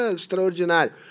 extraordinário